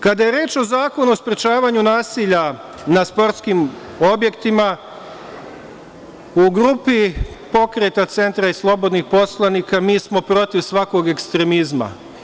Kada je reč o Zakonu o sprečavanju nasilja na sportskim objektima, u grupi Pokreta centra i Slobodnih poslanika mi smo protiv svakog ekstremizma.